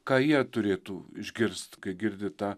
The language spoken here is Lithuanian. ką jie turėtų išgirst kai girdi tą